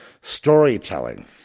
Storytelling